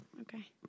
Okay